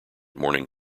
morning